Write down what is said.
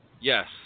Yes